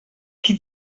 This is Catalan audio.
qui